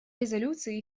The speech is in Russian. резолюции